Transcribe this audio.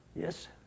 Yes